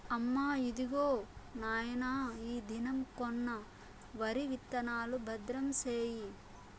అమ్మా, ఇదిగో నాయన ఈ దినం కొన్న వరి విత్తనాలు, భద్రం సేయి